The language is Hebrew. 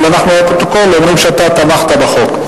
אבל אנחנו לפרוטוקול אומרים שאתה תמכת בחוק.